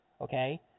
okay